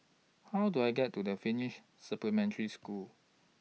How Do I get to The Finnish Supplementary School